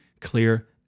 clear